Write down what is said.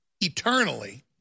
eternally